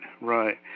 right